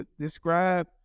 describe